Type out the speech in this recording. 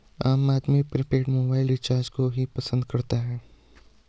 आम आदमी prepaid mobile recharge को ही पसंद करता है